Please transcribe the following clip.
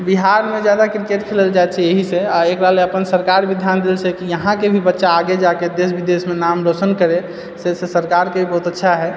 बिहारमे जादा क्रिकेट खेलल जाइ छेै एहिसँ आइकाल्हि अपन सरकारभी ध्यान दए रहल छै कि यहाँके भी बच्चा आगे जाकऽ देश विदेशमे नाम रोशन करै से सरकारके भी बहुत अच्छा है